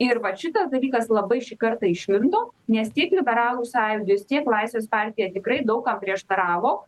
ir vat šitas dalykas labai šį kartą išlindo nes tiek liberalų sąjūdis tiek laisvės partija tikrai daug kam prieštaravo